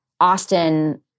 Austin